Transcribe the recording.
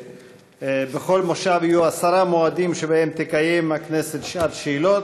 בכל מושב יהיו עשרה מועדים שבהם תקיים הכנסת שעת שאלות,